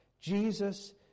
Jesus